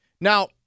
Now